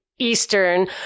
Eastern